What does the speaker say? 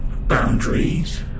Boundaries